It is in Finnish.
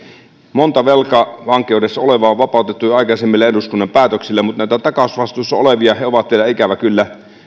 monta velkavankeudessa olevaa on vapautettu jo aikaisemmilla eduskunnan päätöksillä mutta nämä takausvastuussa olevat ovat vielä ikävä kyllä